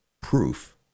proof